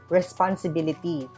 responsibility